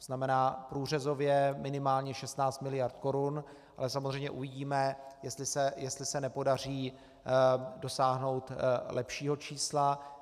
To znamená, průřezově minimálně 16 mld. korun, ale samozřejmě uvidíme, jestli se nepodaří dosáhnout lepšího čísla.